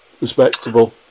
Respectable